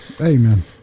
Amen